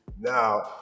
Now